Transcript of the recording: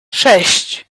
sześć